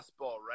right